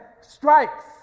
strikes